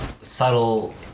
subtle